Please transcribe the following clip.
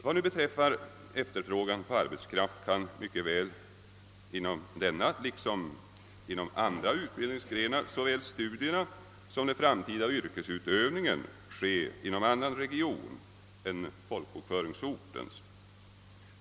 Vad nu beträffar efterfrågan på arbetskraft kan mycket väl inom denna som inom andra utbildningsgrenar såväl studierna som den framtida yrkesutövningen äga rum inom annan region än folkbokföringsortens.